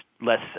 less